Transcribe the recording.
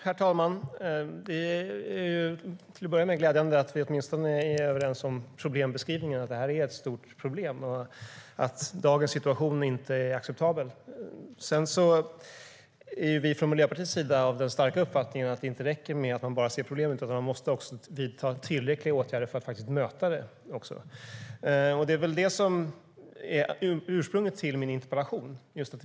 Herr talman! Det är glädjande att vi åtminstone är överens om problembeskrivningen. Det här är ett stort problem, och dagens situation är inte acceptabel. Vi från Miljöpartiet är dock av den starka uppfattningen att det inte räcker att man bara ser på problemet. Man måste också vidta tillräckliga åtgärder för att möta det. Och det är väl det som är ursprunget till min interpellation.